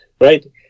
right